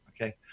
okay